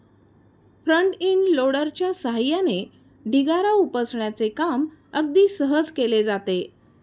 front end लोडरच्या सहाय्याने ढिगारा उपसण्याचे काम अगदी सहज केले जाते